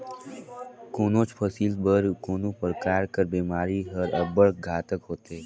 कोनोच फसिल बर कोनो परकार कर बेमारी हर अब्बड़ घातक होथे